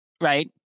right